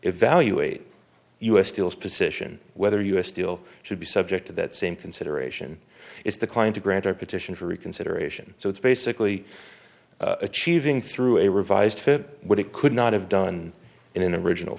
evaluate u s deals position whether u s steel should be subject to that same consideration it's the claim to grant our petition for reconsideration so it's basically achieving through a revised fit what it could not have done in an original